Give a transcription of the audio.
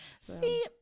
See